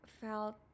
felt